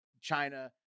China